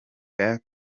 ari